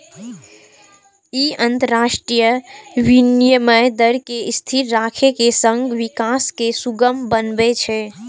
ई अंतरराष्ट्रीय विनिमय दर कें स्थिर राखै के संग विकास कें सुगम बनबै छै